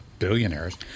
billionaires